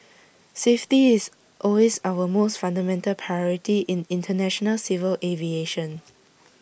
safety is always our most fundamental priority in International civil aviation